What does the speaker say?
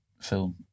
film